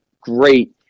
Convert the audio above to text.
great